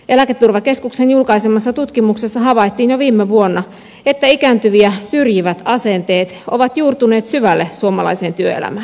eläketurvakeskuksen julkaisemassa tutkimuksessa havaittiin jo viime vuonna että ikääntyviä syrjivät asenteet ovat juurtuneet syvälle suomalaiseen työelämään